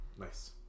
Nice